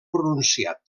pronunciat